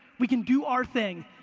we can do our thing.